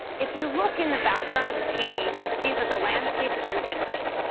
if you look in the background of the painting, and you'll see that the landscape is unfinished.